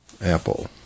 Apple